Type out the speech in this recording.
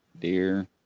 deer